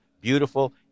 beautiful